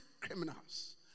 criminals